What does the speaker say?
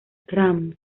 rams